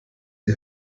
die